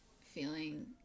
feeling